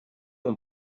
ont